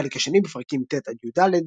בחלק השני, בפרקים ט'-י"ד,